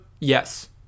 Yes